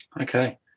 Okay